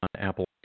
Apple